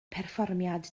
perfformiad